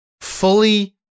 fully